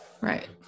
Right